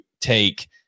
take